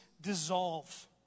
dissolve